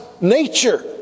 nature